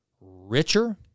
richer